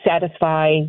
satisfy